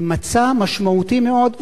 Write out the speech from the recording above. היא מצע משמעותי מאוד,